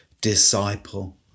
disciple